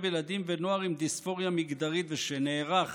ילדים ונוער עם דיספוריה מגדרית ושנערך